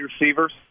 receivers